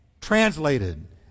Translated